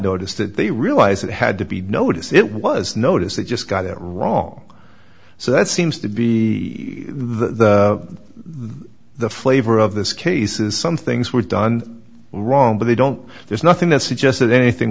notice that they realize it had to be notice it was notice they just got it wrong so that seems to be the the the flavor of this case is some things were done wrong but they don't there's nothing that suggests that anything